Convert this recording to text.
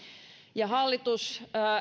hallitus